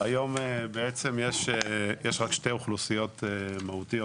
היום יש רק שתי אוכלוסיות מהותיות